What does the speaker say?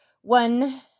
one